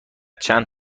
چند